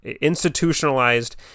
institutionalized